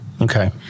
Okay